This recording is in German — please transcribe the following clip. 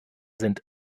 sind